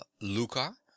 Luca